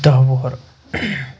دہ وُہر